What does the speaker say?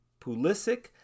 Pulisic